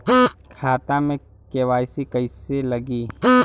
खाता में के.वाइ.सी कइसे लगी?